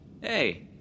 Hey